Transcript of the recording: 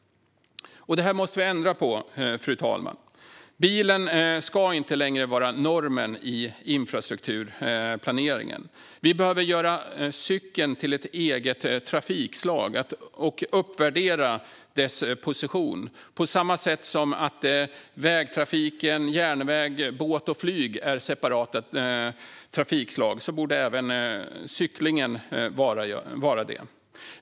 Detta måste vi ändra på, fru talman. Bilen ska inte längre vara normen i infrastrukturplaneringen. Vi behöver göra cykeln till ett eget trafikslag och uppvärdera dess position. På samma sätt som vägtrafik, järnväg, båt och flyg är separata trafikslag borde cyklingen vara det.